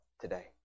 today